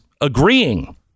agreeing